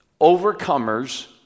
overcomers